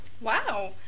Wow